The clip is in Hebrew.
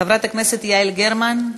חברת הכנסת יעל גרמן,